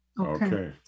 Okay